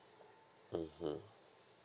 mmhmm